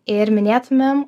ir minėtumėm